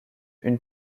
une